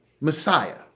Messiah